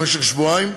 למשך שבועיים,